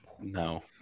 No